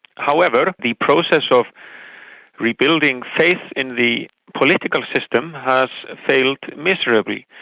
however, the process of rebuilding faith in the political system has failed miserably.